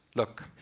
look.